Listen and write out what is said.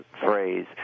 phrase